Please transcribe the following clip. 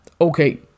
okay